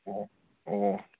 ꯑꯣ ꯑꯣ ꯑꯣ